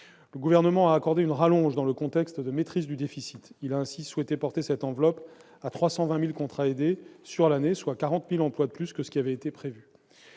Le Gouvernement a accordé une rallonge dans le contexte de maîtrise du déficit. Il a ainsi souhaité porter cette enveloppe à 320 000 contrats aidés sur l'année, soit 40 000 emplois de plus que ce qui avait été prévu.